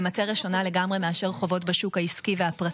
חמשת בני המשפחה שנשלחו מטעם מטה המשפחות היו המומים.